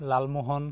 Lalmohan